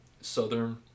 southern